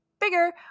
bigger